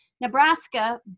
Nebraska